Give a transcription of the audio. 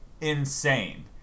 insane